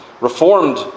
Reformed